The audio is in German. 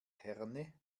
herne